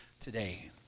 today